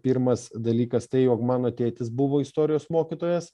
pirmas dalykas tai jog mano tėtis buvo istorijos mokytojas